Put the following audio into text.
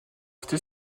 fêté